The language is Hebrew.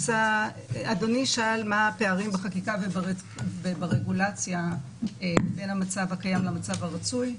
אדוני שאל מה הפערים בחקיקה וברגולציה בין המצב הקיים למצב הרצוי.